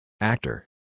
Actor